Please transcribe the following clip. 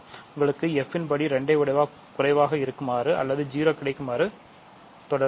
உங்களுக்கு f இன் படி 2 ஐ விட குறைவாக இருக்குமாறு அல்லது 0 கிடைக்கும் வரை தொடருவோம்